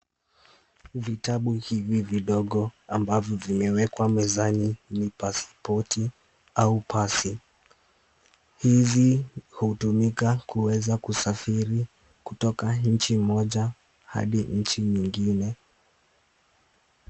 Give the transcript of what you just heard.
Vitabu hivi vidogo ambavyo vimewekwa mezani ni pasipoti au pasi . Hizi hutumika kuweza kusafiri kutoka nchi moja hadi nchi nyingine.